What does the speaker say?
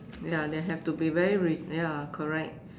ya they have to be very ya correct